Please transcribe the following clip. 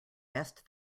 best